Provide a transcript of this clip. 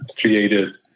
created